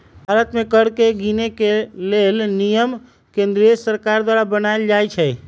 भारत में कर के गिनेके लेल नियम केंद्रीय सरकार द्वारा बनाएल जाइ छइ